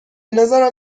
نظرم